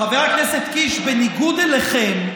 חבר הכנסת קיש, בניגוד אליכם,